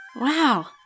Wow